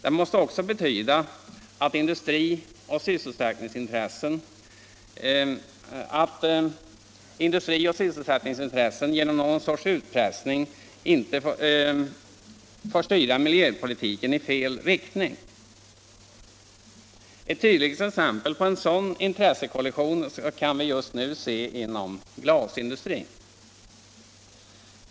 Det måste också betyda att industrioch sysselsättningsintressen inte genom någon sorts utpressning får styra miljöpolitiken i fel riktning. Ett tydligt exempel på en sådan intressekollision kan vi just nu se inom glasindustrin.